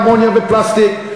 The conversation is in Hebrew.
אמוניה ופלסטיק,